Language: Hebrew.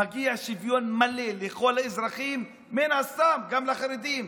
מגיע שוויון מלא לכל האזרחים, מן הסתם גם לחרדים.